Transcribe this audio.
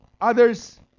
Others